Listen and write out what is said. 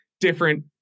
different